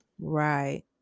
Right